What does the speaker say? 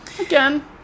Again